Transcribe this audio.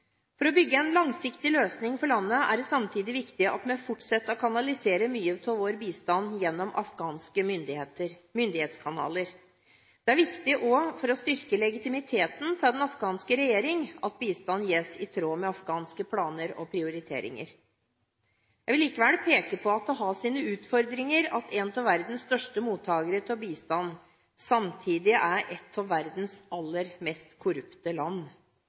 For å bygge en langsiktig løsning for landet er det samtidig viktig at vi fortsetter å kanalisere mye av vår bistand gjennom afghanske myndighetskanaler. Det er viktig også for å styrke legitimiteten til den afghanske regjering at bistand gis i tråd med afghanske planer og prioriteringer. Jeg vil likevel peke på at det har sine utfordringer at en av verdens største mottakere av bistand samtidig er et av verdens aller mest korrupte land.